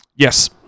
Yes